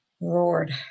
Lord